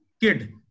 kid